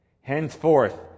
Henceforth